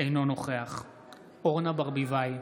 אינו נוכח אורנה ברביבאי,